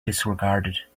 disregarded